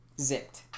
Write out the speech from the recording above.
zipped